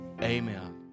amen